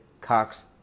Cox